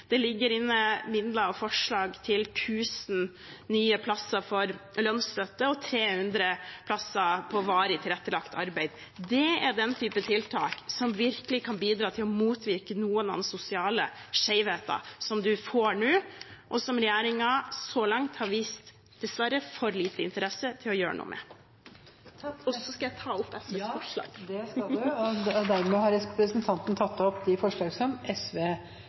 nye plasser for lønnsstøtte og 300 plasser for varig tilrettelagt arbeid. Det er den type tiltak som virkelig kan bidra til å motvirke noen sosiale skjevheter som man får nå, og som regjeringen så langt dessverre har vist for liten interesse til å gjøre noe med. Jeg tar opp det forslaget SV har fremmet sammen med MDG og Rødt. Representanten Kari Elisabeth Kaski har tatt opp